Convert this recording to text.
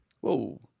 Whoa